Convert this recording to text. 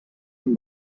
amb